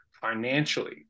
financially